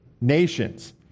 nations